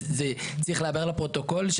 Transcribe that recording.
צריך לומר לפרוטוקול,